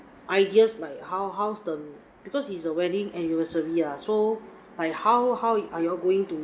ideas like how how's the because it's a wedding anniversary ah so like how how are y'all going to